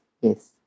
yes